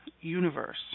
universe